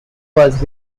was